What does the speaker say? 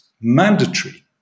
mandatory